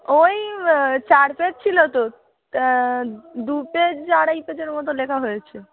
ওই চার পেজ ছিল তো তা দু পেজ আড়াই পেজের মতো লেখা হয়েছে